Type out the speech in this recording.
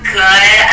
good